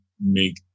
make